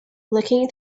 looking